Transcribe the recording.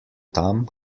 tam